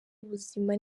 ubuzima